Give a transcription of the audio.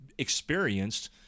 experienced